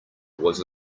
was